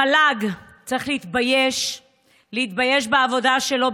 המל"ג צריך להתבייש בעבודה שלו,